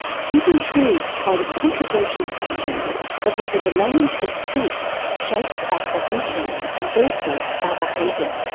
she's intrigued by the controversial question of whether the language we speak shapes our cognition and therefore our behaviour.